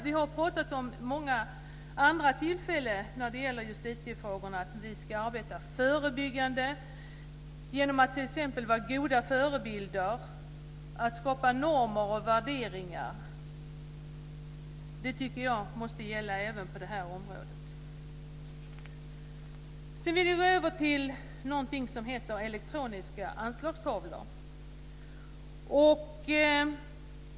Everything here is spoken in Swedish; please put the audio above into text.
Vi har vid många andra tillfällen när det gällt justitiefrågor talat om att vi ska arbeta förebygga genom att t.ex. vara goda förbilder samt skapa normer och värderingar. Det tycker jag måste gälla även på det här området. Sedan vill jag gå över till något som heter elektroniska anslagstavlor.